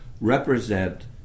represent